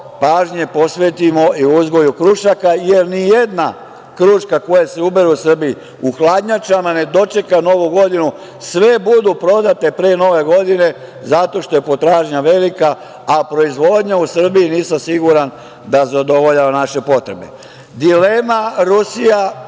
pažnje posvetimo i uzgoju krušaka, jer ni jedna kruška koja se ubere u Srbiji u hladnjačama ne dočeka Novu godinu, sve budu prodate pre nove godine, zato što je potražnja velika, a proizvodnja u Srbiji, nisam siguran da zadovoljava naše potrebe. Dilema Rusija,